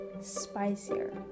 spicier